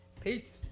Peace